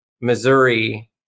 Missouri